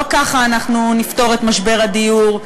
לא כך אנחנו נפתור את משבר הדיור.